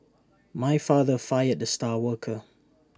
my father fired the star worker